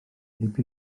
heb